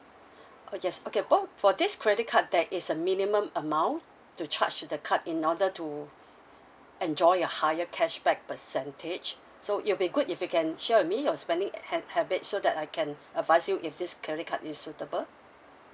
oh yes okay both for this credit card there is a minimum amount to charge to the card in order to enjoy a higher cashback percentage so it'll be good if you can share with me your spending ha~ habits so that I can advise you if this credit card is suitable